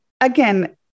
again